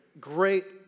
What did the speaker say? great